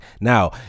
Now